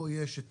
פה יש את